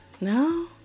No